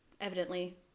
evidently